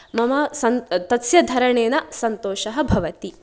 मम सन् तस्य धरणेन सन्तोषः भवति